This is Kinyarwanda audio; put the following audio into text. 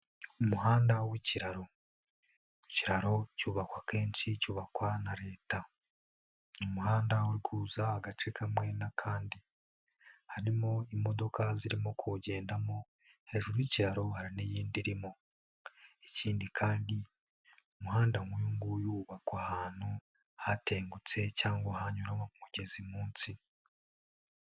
Umuhanda w'ikiraro, ikiraro cyubakwa akenshi cyubakwa na Leta, umuhanda uri guhuza agace kamwe n'akandi, harimo imodoka zirimo kuwugendamo, hejuru y'ikiraro hari n'iyindi irimo kugendamo, ikindi kandi umuhanda nk'uyu nguyu wubakwa ahantu hatengutse cyangwa hanyuramo umugezi munsi.